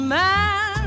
man